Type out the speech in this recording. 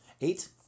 Eight